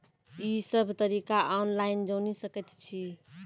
ई सब तरीका ऑनलाइन जानि सकैत छी?